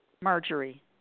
Marjorie